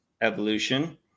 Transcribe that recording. evolution